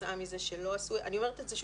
כתוצאה מזה שלא עשו אני אומרת את זה,